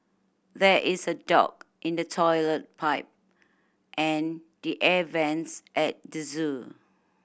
there is a dog in the toilet pipe and the air vents at the zoo